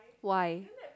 why